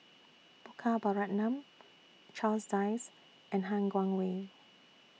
Gopal Baratham Charles Dyce and Han Guangwei